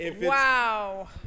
Wow